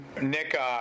Nick